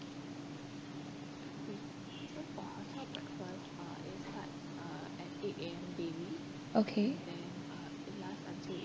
okay